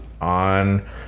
on